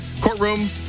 courtroom